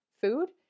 food